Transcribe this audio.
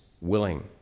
willing